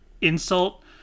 insult